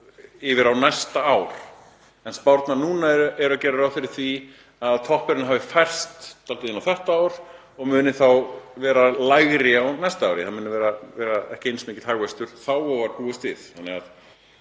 yfir á næsta ár. En spárnar núna gera ráð fyrir því að toppurinn hafi færst dálítið inn á þetta ár og muni þá verða lægri á næsta ári, það verði ekki eins mikill hagvöxtur þá og var búist